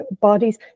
bodies